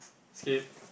skip